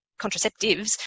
contraceptives